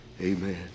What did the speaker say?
amen